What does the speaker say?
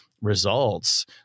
results